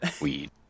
Weed